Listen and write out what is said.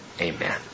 Amen